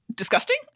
disgusting